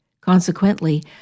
Consequently